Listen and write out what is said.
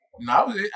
No